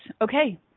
okay